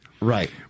Right